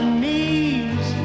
knees